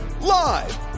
Live